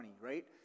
right